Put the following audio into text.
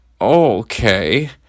Okay